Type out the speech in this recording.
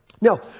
Now